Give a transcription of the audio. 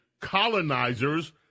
Colonizers